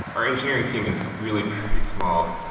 our engineering team is really pretty small.